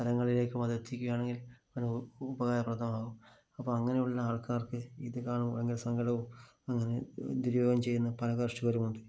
സ്ഥലങ്ങളിലേക്കും അത് എത്തിക്കുകയാണെങ്കില് ഒരു ഉപകാരപ്രദമാകും അപ്പോള് അങ്ങനെയുള്ള ആള്ക്കാര്ക്ക് ഇത് കാണുമ്പോള് ഭയങ്കര സങ്കടവും അങ്ങനെ ദുരുപയോഗം ചെയ്യുന്ന പല കര്ഷകരുമുണ്ട്